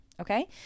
Okay